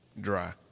dry